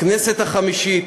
הכנסת החמישית.